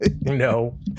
no